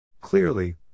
Clearly